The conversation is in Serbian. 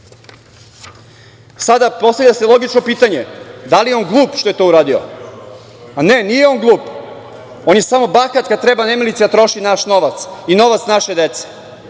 se postavlja logičko pitanje – da li je on glup što je to uradio? Ne, nije on glup, on je samo bahat kada treba nemilice da troši naš novac i novac naše dece,